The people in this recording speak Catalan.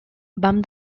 vam